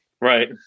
right